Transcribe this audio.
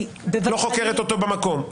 את חוקרת אותו במקום?